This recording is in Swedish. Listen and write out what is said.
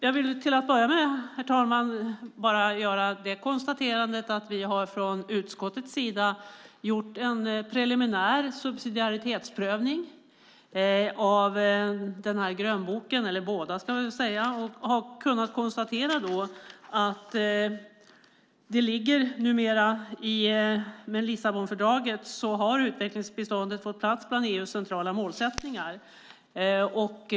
Jag vill till att börja med, herr talman, bara göra konstaterandet att vi från utskottets sida har gjort en preliminär subsidiaritetsprövning av de båda grönböckerna och då har kunnat konstatera att utvecklingsbiståndet i och med Lissabonfördraget har fått plats bland EU:s centrala målsättningar.